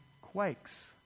quakes